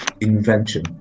invention